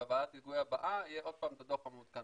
ובוועדת ההיגוי הבאה יהיה עוד פעם את הדוח המעודכן.